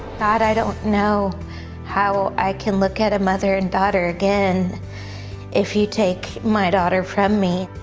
god i don't know how i can look at a mother and daughter again if you take my daughter from me.